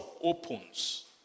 opens